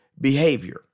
behavior